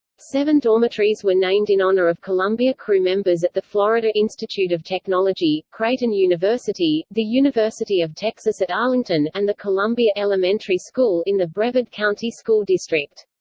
seven dormitories were named in honor of columbia crew members at the florida institute of technology, creighton university, the university of texas at arlington, and the columbia elementary school in the brevard county school district.